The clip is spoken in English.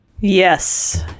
yes